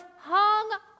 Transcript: hung